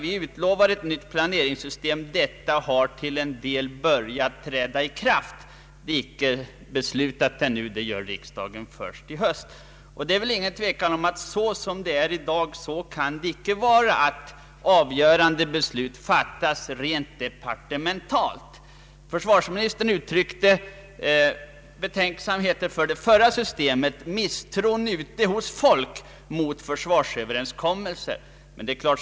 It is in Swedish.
Vi utlovas ett nytt planeringssystem, som till en del har börjat träda i kraft. Det är inte beslutat ännu. Riksdagen fattar beslut härom först i höst. Det råder väl ingen tvekan om att såsom det är i dag kan det inte vara, att avgörande beslut fattas rent departementalt. Försvarsministern uttryckte betänksamheten mot det förra systemet och misstron ute bland folk mot försvarsöverenskommelserna.